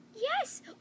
Yes